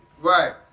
Right